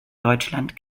deutschland